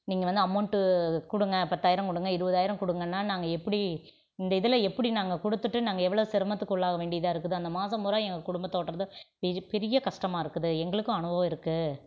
நீங்கள் வந்து அமௌண்ட்டு கொடுங்க பத்தாயிரம் கொடுங்க இருபதாயிரம் கொடுங்கன்னா நாங்கள் எப்படி இந்த இதில் எப்படி நாங்கள் கொடுத்துட்டு நாங்கள் எவ்வளோ சிரமத்துக்கு உள்ளாக வேண்டியதாக இருக்குது அந்த மாசம் பூரா எங்கள் குடும்பத்தை ஓட்டுறது பெரி பெரிய கஷ்டமாருக்குது எங்களுக்கும் அனுபவம் இருக்குது